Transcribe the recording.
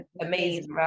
Amazing